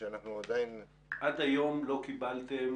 עד היום לא קיבלתם?